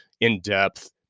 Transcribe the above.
in-depth